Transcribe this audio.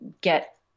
get